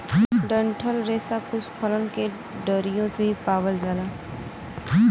डंठल रेसा कुछ फलन के डरियो से भी पावल जाला